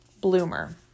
Bloomer